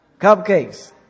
Cupcakes